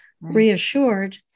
reassured